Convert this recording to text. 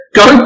go